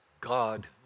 God